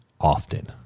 often